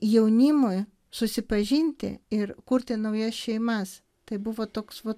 jaunimui susipažinti ir kurti naujas šeimas tai buvo toks vat